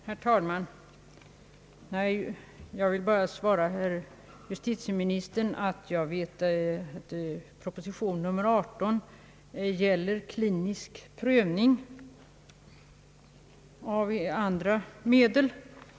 Herr talman! Jag vill bara svara justitieministern att jag vet att proposition nr 18 gäller klinisk prövning av andra medel.